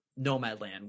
Nomadland